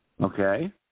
Okay